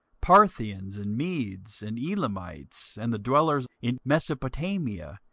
parthians, and medes, and elamites, and the dwellers in mesopotamia,